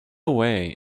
way